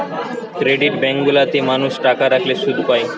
credit bank গুলা তে মানুষ টাকা রাখলে শুধ পায়